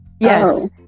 Yes